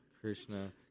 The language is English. Krishna